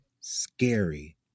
scary